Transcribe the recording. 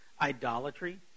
idolatry